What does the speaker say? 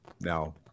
now